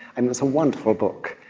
and it's a wonderful book,